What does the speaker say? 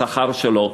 השכר בו,